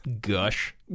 Gush